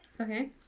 Okay